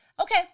Okay